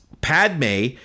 Padme